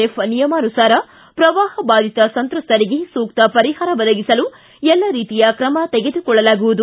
F ನಿಯಮಾನುಸಾರ ಪ್ರವಾಹ ಬಾಧಿತ ಸಂತ್ರಸ್ತರಿಗೆ ಸೂಕ್ತ ಪರಿಹಾರ ಒದಗಿಸಲು ಎಲ್ಲ ರೀತಿಯ ಕ್ರಮ ತೆಗೆದುಕೊಳ್ಳಲಾಗುವುದು